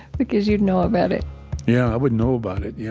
because you'd know about it yeah. i would know about it. yeah.